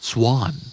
Swan